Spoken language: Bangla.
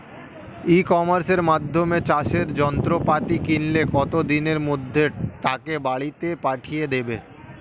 ই কমার্সের মাধ্যমে চাষের যন্ত্রপাতি কিনলে কত দিনের মধ্যে তাকে বাড়ীতে পাঠিয়ে দেবে?